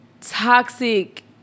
toxic